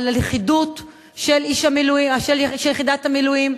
על הלכידות של יחידת המילואים,